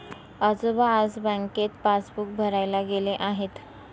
आजोबा आज बँकेत पासबुक भरायला गेले आहेत